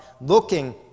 looking